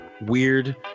weird